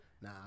Nah